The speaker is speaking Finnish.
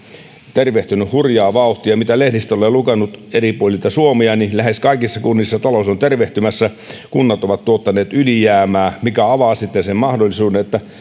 tervehtynyt hurjaa vauhtia mitä lehdistä olen lukenut eri puolilta suomea niin lähes kaikissa kunnissa talous on tervehtymässä kunnat ovat tuottaneet ylijäämää mikä avaa sitten sen mahdollisuuden että